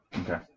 Okay